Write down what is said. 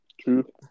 True